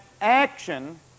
action